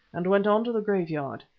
and went on to the graveyard.